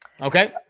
Okay